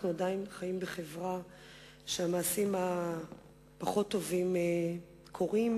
אנחנו עדיין חיים בחברה שהמעשים הפחות טובים קורים